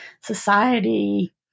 society